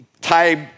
type